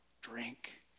drink